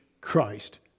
Christ